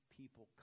people